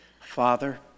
Father